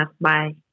Bye